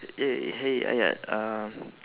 hey hey ayat um